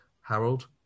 Harold